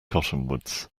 cottonwoods